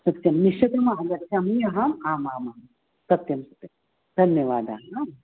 सत्यं निश्चितम् आगच्छामि अहम् आमामां सत्यं धन्यवादः हा